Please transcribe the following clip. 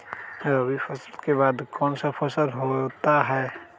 रवि फसल के बाद कौन सा फसल होता है?